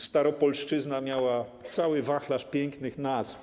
Staropolszczyzna miała cały wachlarz pięknych nazw.